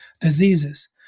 diseases